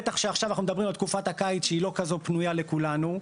בטח בתקופת הקיץ שהיא לא פנויה לכולם,